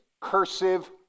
Cursive